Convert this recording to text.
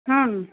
ಹಾಂ